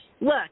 Look